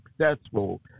successful